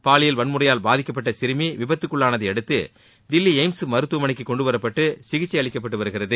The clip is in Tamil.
பாலியல் வன்முறையால் பாதிக்கப்பட்ட சிறுமி விபத்துக்குள்ளானதை அடுத்து தில்லி எய்ம்ஸ் மருத்துவமனைக்கு கொண்டுவரப்பட்டு சிகிச்சை அளிக்கப்பட்டு வருகிறது